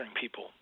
people